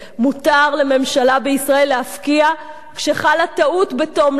מותר לממשלה בישראל להפקיע כשחלה טעות בתום לב